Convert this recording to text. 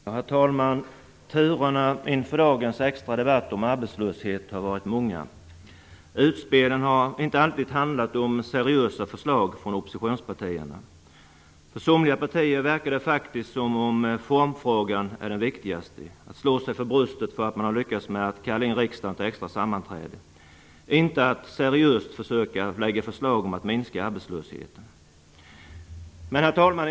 Herr talman! Turerna inför dagens extra debatt om arbetslösheten har varit många. Utspelen har inte alltid handlat om seriösa förslag från oppositionspartierna. För somliga partier verkar det faktiskt som om formfrågan är den viktigaste - att slå sig för bröstet för att man har lyckats kalla in riksdagen till extra sammanträde - inte att seriöst försöka lägga fram förslag om att minska arbetslösheten. Herr talman!